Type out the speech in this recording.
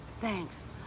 thanks